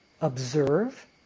Observe